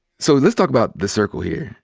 so let's talk about the circle here.